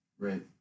Right